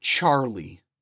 Charlie